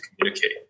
communicate